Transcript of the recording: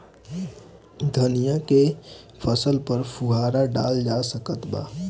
धनिया के फसल पर फुहारा डाला जा सकत बा?